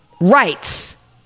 rights